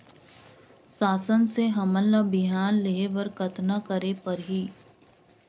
शासन से हमन ला बिहान लेहे बर कतना करे परही?